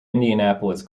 indianapolis